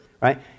right